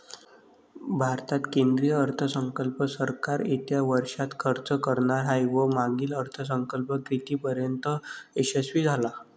भारतात केंद्रीय अर्थसंकल्प सरकार येत्या वर्षात खर्च करणार आहे व मागील अर्थसंकल्प कितीपर्तयंत यशस्वी झाला